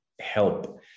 help